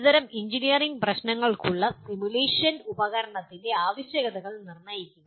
ഒരു തരം എഞ്ചിനീയറിംഗ് പ്രശ്നങ്ങൾക്കുള്ള ഒരു സിമുലേഷൻ ഉപകരണത്തിന്റെ ആവശ്യകതകൾ നിർണ്ണയിക്കുക